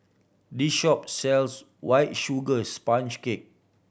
this shop sells White Sugar Sponge Cake